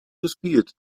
gespierd